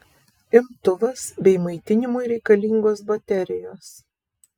imtuvas bei maitinimui reikalingos baterijos